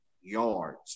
yards